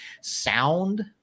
sound